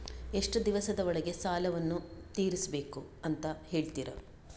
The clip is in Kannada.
ಎಷ್ಟು ದಿವಸದ ಒಳಗೆ ಸಾಲವನ್ನು ತೀರಿಸ್ಬೇಕು ಅಂತ ಹೇಳ್ತಿರಾ?